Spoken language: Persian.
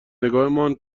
نگاهمان